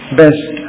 best